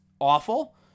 awful